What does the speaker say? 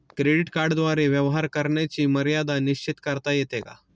Credit कार्डद्वारे व्यवहार करण्याची मर्यादा निश्चित करता येते का?